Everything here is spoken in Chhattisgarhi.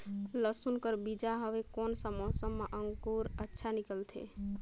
लसुन कर बीजा हवे कोन सा मौसम मां अंकुर अच्छा निकलथे?